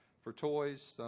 for toys,